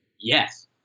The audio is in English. Yes